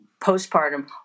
postpartum